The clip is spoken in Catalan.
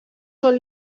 són